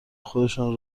خودشان